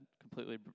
completely